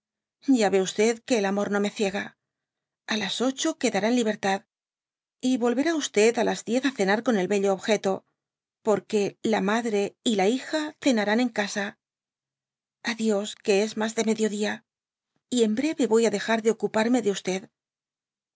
y que el amor no me ciega á las ocho quedará en libertad y volverá á las diez d cenar con el bello objeto porque la madre y la hija cenarán en casa a dios que es mas de mediodía y en breve voy á fio jar ite oci parme de